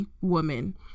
woman